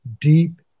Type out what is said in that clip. deep